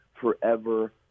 forever